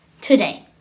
today